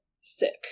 sick